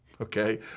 Okay